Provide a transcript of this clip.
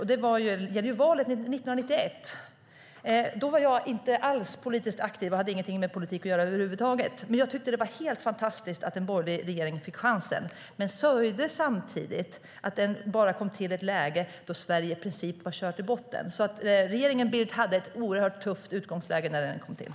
Vid valet 1991 var jag inte alls politiskt aktiv och hade inget med politik att göra över huvud taget. Jag tyckte dock att det var helt fantastiskt att en borgerlig regering fick chansen men sörjde samtidigt att den kom till i ett läge då Sverige i princip var kört i botten. Regeringen Bildt hade alltså ett mycket tufft utgångsläge när den tillträdde.